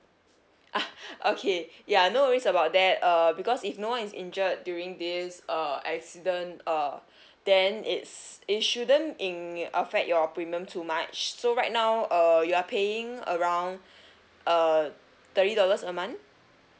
ah okay ya no worries about that uh because if no one is injured during this uh accident uh then it's it shouldn't in~ affect your premium too much so right now uh you are paying around uh thirty dollars a month